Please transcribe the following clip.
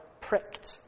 pricked